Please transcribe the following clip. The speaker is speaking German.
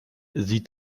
sie